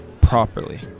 properly